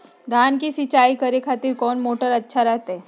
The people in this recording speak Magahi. धान की सिंचाई करे खातिर कौन मोटर अच्छा रहतय?